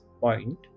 point